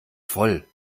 voll